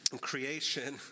Creation